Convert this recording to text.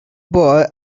boy